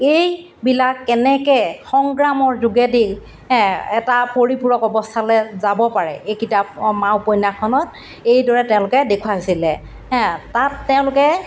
এইবিলাক কেনেকৈ সংগ্ৰামৰ যোগেদি হে এটা পৰিপূৰক অৱস্থালৈ যাব পাৰে এই কিতাপ মা উপন্যাসখনত এইদৰে তেওঁলোকে দেখুৱাইছিলে হে তাত তেওঁলোকে